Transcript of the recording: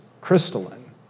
crystalline